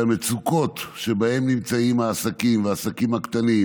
שהמצוקות שבהן נמצאים העסקים והעסקים הקטנים